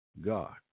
God